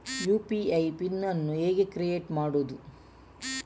UPI PIN ಅನ್ನು ಹೇಗೆ create ಮಾಡುದು?